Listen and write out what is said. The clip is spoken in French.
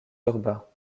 urbains